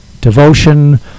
devotion